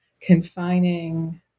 confining